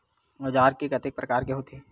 औजार के कतेक प्रकार होथे?